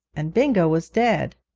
and bingo was dead!